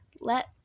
let